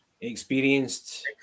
experienced